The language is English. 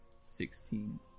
Sixteen